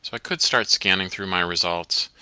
so i could start scanning through my results,